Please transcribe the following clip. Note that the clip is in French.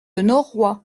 noroît